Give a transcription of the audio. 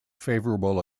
favorable